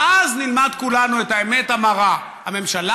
ואז נלמד כולנו את האמת המרה: הממשלה